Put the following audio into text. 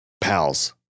pals